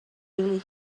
really